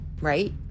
right